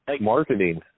Marketing